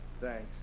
Thanks